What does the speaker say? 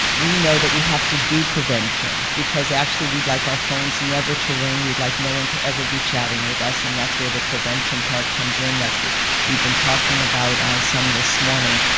we know that we have to do prevention, because actually we'd like our phones never to ring, we'd like no one to ever be chatting with us, and that's where the prevention part comes in, that's what we've been talking about some this morning.